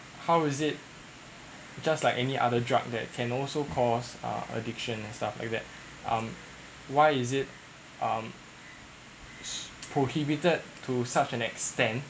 how is it just like any other drug that can also cause uh addiction and stuff like that um why is it um prohibited to such an extent